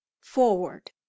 Forward